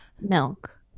milk